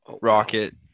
Rocket